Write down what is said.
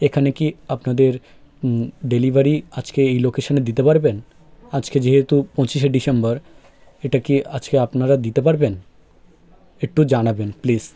এখানে কি আপনাদের ডেলিভারি আজকে এই লোকেশানে দিতে পারবেন আজকে যেহেতু পঁচিশে ডিসেম্বর এটা কি আজকে আপনারা দিতে পারবেন একটু জানাবেন প্লিস